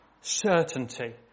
Certainty